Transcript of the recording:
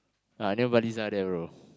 ya near Baliza there brother